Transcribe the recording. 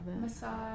Massage